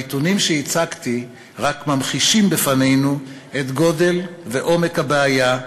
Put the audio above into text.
הנתונים שהצגתי רק ממחישים בפנינו את גודל ועומק הבעיה,